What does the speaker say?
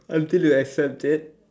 until you accept it